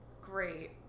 Great